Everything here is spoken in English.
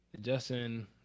Justin